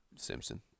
Simpson